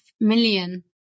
million